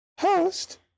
host